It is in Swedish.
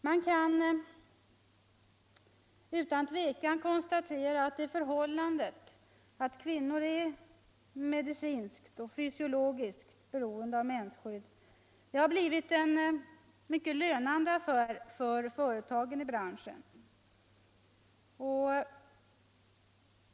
Man kan utan tvekan konstatera att det förhållandet att kvinnor är medicinskt och fysiologiskt beroende av mensskydd har blivit mycket lönande för företagen i branschen.